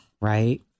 Right